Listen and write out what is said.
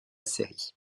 série